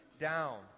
down